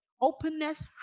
openness